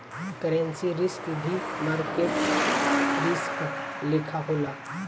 currency risk भी market risk लेखा होला